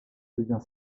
devient